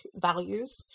values